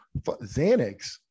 Xanax